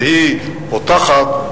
שהיא פותחת,